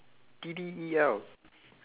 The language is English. D_D_E_L